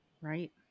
right